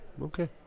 Okay